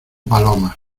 palomas